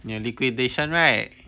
你 liquidation right